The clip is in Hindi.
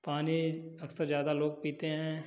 पानी अक्सर ज़्यादा लोग पीते हैं